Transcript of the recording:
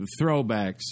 throwbacks